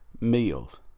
meals